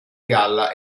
galla